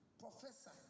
Professor